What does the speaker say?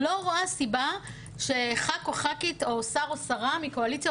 לא רואה סיבה שח"כ או ח"כית או שר או שרה מקואליציה,